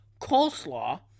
Coleslaw